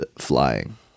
flying